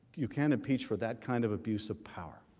you can impeach for that kind of abuse of power.